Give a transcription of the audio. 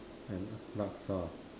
and Laksa